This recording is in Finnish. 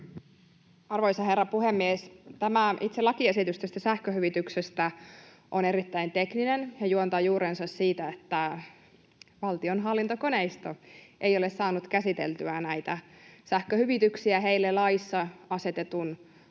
Arvoisa herra puhemies! Tämä itse lakiesitys tästä sähköhyvityksestä on erittäin tekninen ja juontaa juurensa siitä, että valtion hallintokoneisto ei ole saanut käsiteltyä näitä sähköhyvityksiä heille laissa asetetun